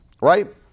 right